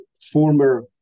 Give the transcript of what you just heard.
former